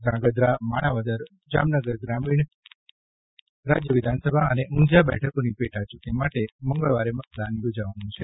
ધ્રાંગધ્રા માણાવદર જામનગર ગ્રામીણ અને ઊંઝા બેઠકોની પેટા ચૂંટણી માટે મંગળવારે મતદાન યોજાવાનું છે